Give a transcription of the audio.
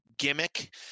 Gimmick